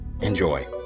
Enjoy